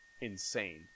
insane